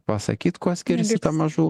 pasakyt kuo skiriasi ta mažų